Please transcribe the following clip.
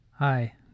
Hi